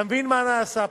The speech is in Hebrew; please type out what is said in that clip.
אתה מבין מה נעשה פה.